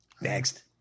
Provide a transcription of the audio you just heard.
Next